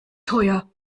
teuer